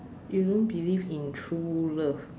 you don't believe in true love